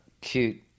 cute